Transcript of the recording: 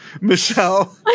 Michelle